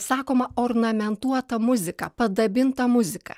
sakoma ornamentuota muzika padabinta muzika